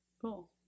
Cool